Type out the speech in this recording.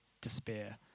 despair